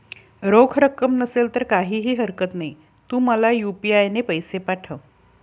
रोख रक्कम नसेल तर काहीही हरकत नाही, तू मला यू.पी.आय ने पैसे पाठव